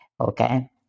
Okay